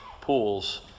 pools